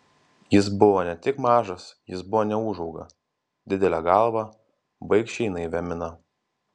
jis buvo ne tik mažas jis buvo neūžauga didele galva baikščiai naivia mina